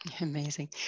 Amazing